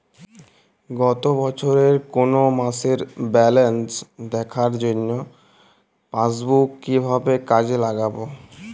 গত বছরের কোনো মাসের ব্যালেন্স দেখার জন্য পাসবুক কীভাবে কাজে লাগাব?